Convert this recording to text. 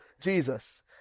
Jesus